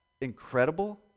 incredible